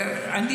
אני